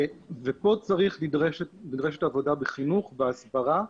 פה נדרשת עבודה, בחינוך, בהסברה.